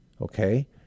Okay